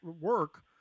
work